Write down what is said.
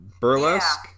burlesque